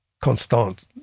Constant